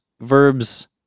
Verbs